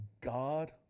God